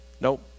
nope